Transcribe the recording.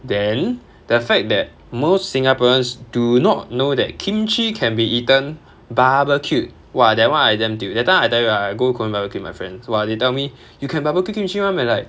then the fact that most singaporeans do not know that kimchi can be eaten barbecued !wah! that [one] I damn tilt that time I tell you ah I go korean barbecue with my friends !wah! they tell me you can barbecue kimchi [one] meh like